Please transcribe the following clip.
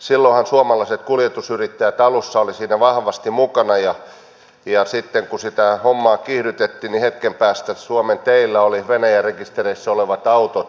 silloinhan suomalaiset kuljetusyrittäjät olivat alussa siinä vahvasti mukana ja sitten kun sitä hommaa kiihdytettiin niin hetken päästä suomen teillä oli venäjän rekisterissä olevat autot